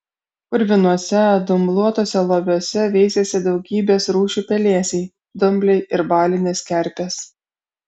purvinuose dumbluotuose loviuose veisėsi daugybės rūšių pelėsiai dumbliai ir balinės kerpės